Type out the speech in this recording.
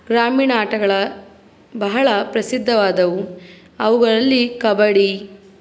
ಗ್ರಾಮೀಣ ಆಟಗಳ ಬಹಳ ಪ್ರಸಿದ್ಧವಾದವು ಅವುಗಳಲ್ಲಿ ಕಬಡ್ಡಿ